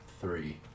three